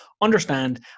understand